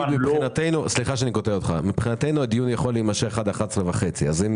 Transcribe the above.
מבחינתנו הדיון יכול להימשך עד 11:30 אז אם